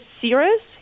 serious